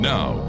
Now